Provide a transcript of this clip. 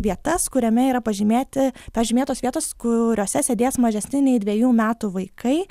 vietas kuriame yra pažymėti pažymėtos vietos kuriose sėdės mažesni nei dvejų metų vaikai